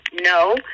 No